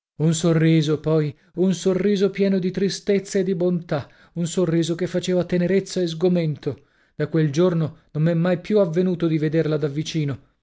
un sorriso poi un sorriso pieno di tristezza e di bontà un sorriso che faceva tenerezza e sgomento da quel giorno non m'è mai più avvenuto di vederla da vicino